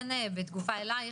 בתגובה אלייך,